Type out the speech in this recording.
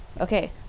Okay